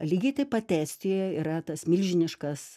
lygiai taip pat estijoj yra tas milžiniškas